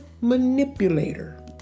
manipulator